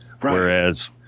Whereas